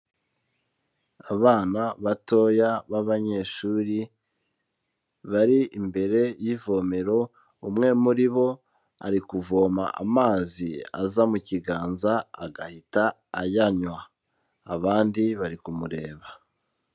Abana batoya b'abanyeshuri, bari imbere y'ivomero, umwe muri bo ari kuvoma amazi aza mu kiganza, agahita ayanywa. Abandi bari kumureba.